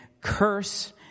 curse